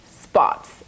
spots